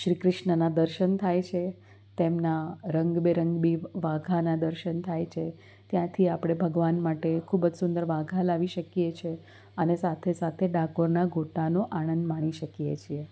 શ્રી ક્રિશ્નના દર્શન થાય છે તેમના રંગ બેરંગ બી વાઘાના દર્શન થાય છે ત્યાંથી આપણે ભગવાન માટે ખૂબ જ સુંદર વાઘા લાવી શકીએ છીએ અને સાથે સાથે ડાકોરના ગોટાનો આનંદ માણી શકીએ છીએ